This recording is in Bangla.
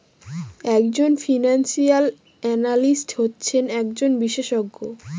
এক জন ফিনান্সিয়াল এনালিস্ট হচ্ছেন একজন বিশেষজ্ঞ